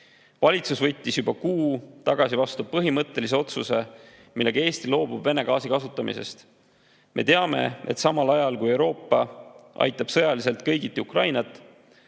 Valitsus võttis juba kuu aega tagasi vastu põhimõttelise otsuse, millega Eesti loobub Vene gaasi kasutamisest. Me teame, et samal ajal kui Euroopa aitab sõjaliselt kõigiti Ukrainat,